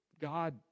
God